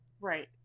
Right